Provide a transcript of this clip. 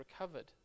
recovered